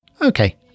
Okay